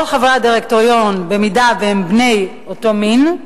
כל חברי הדירקטוריון הם בני אותו מין,